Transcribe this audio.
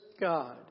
God